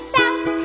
South